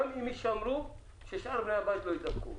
גם אם יישמרו, ששאר בני הבית יידבקו.